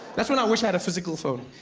that's when i wish i had a physical phone,